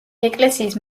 ეკლესიის